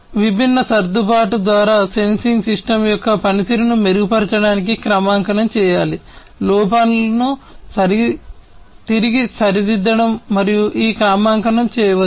విభిన్న సర్దుబాటు ద్వారా సెన్సింగ్ సిస్టమ్ యొక్క పనితీరును మెరుగుపరచడానికి క్రమాంకనం చేయాలి లోపాలను తిరిగి సరిదిద్దడం మరియు ఈ క్రమాంకనం చేయవచ్చు